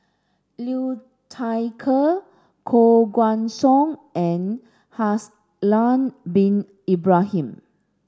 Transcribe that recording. Liu Thai Ker Koh Guan Song and Haslir bin Ibrahim